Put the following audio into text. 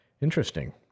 Interesting